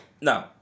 no